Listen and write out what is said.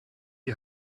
ihr